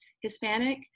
Hispanic